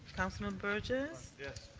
councilman burgess. yes.